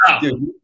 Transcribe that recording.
dude